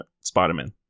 Spider-Man